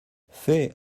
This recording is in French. fais